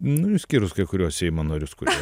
na išskyrus kai kuriuos seimo narius kurie